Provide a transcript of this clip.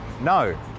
No